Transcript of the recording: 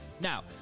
Now